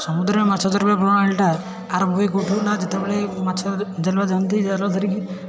ସମୁଦ୍ରରେ ମାଛ ଧରିବା ପ୍ରଣାଳୀଟା ଆରମ୍ଭ ହୁଏ କେଉଁଠୁ ନା ଯେତେବେଳେ ମାଛ ଜାଲୁଆ ଯାଆନ୍ତି ଜାଲ ଧରିକି